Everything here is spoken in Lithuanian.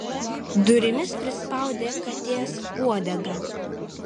durimis prispaudė katės uodegą